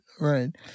right